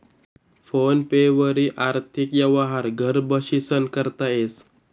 phone पे वरी आर्थिक यवहार घर बशीसन करता येस